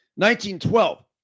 1912